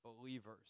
believers